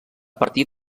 partir